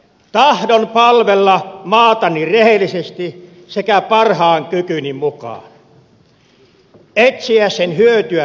tahdon palvella maatani rehellisesti sekä parhaan kykyni mukaan etsiä sen hyötyä ja parasta